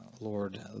Lord